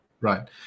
Right